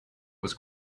was